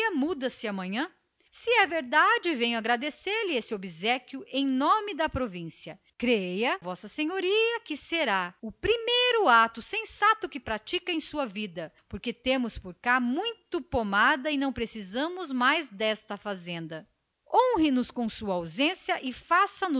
a muda-se amanhã se é verdade agradeço-lhe o obséquio em nome da província creia meu caro senhor que será talvez o primeiro ato judicioso que v s a pratica em sua vida tão aventurosa porque nós já temos por cá muita pomada e não precisamos mais dessa fazenda honre nos com a sua ausência e faça nos